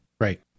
Right